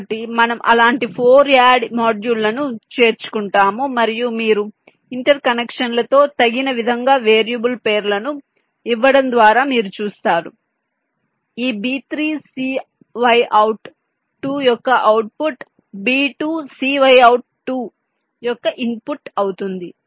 కాబట్టి మనం అలాంటి 4 యాడ్ మాడ్యూళ్ళను చేర్చుకుంటాము మరియు మీరు ఇంటర్ కనెక్షన్లతో తగిన విధంగా వేరియబుల్ పేర్లను ఇవ్వడం ద్వారా మీరు చూస్తారు ఈ B3 cy out 2 యొక్క అవుట్పుట్ B2 cy out 2 యొక్క ఇన్పుట్ అవుతుంది